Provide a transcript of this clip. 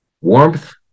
warmth